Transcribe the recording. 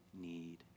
need